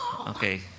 okay